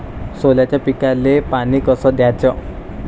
सोल्याच्या पिकाले पानी कस द्याचं?